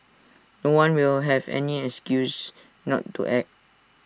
no one will have any excuse not to act